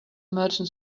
merchant